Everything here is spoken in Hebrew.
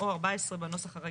או 14 בנוסח הרגיל.